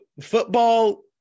football